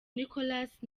nicolas